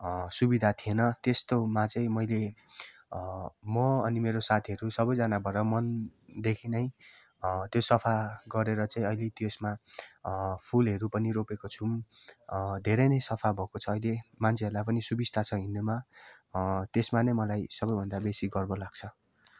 अँ सुविधा थिएन त्यस्तोमा चाहिँ मैले अँ म अनि मेरो साथीहरू सबैजना भएर मनदेखि नै अँ त्यो सफा गरेर चाहिँ अहिले त्यसमा अँ फुलहरू पनि रोपेको छौँ अँ धेरै नै सफा भएको छ अहिले मान्छेहरूलाई पनि सुविस्ता छ हिँड्नमा अँ त्यसमा नै मलाई सबैभन्दा बेसी गर्व लाग्छ